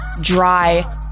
dry